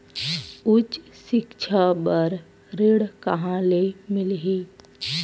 उच्च सिक्छा बर ऋण कहां ले मिलही?